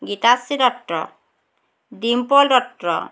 Gitashree Dutta Dimple Dutta